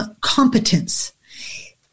competence